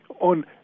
on